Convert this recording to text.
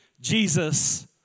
Jesus